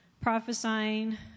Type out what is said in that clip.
prophesying